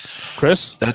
Chris